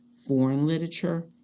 foreign literature,